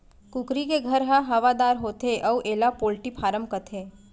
कुकरी के घर ह हवादार होथे अउ एला पोल्टी फारम कथें